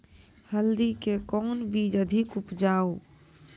हल्दी के कौन बीज अधिक उपजाऊ?